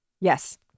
yes